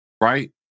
right